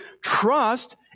trust